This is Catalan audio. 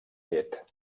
llet